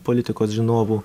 politikos žinovų